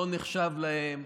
לא נחשב להם,